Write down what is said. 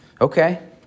Okay